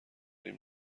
این